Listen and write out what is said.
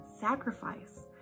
sacrifice